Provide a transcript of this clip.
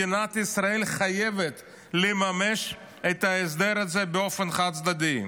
מדינת ישראל חייבת לממש את ההסדר הזה באופן חד-צדדי.